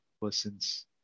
persons